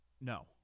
no